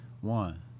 One